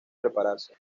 prepararse